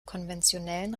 konventionellen